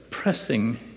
pressing